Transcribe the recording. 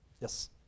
Yes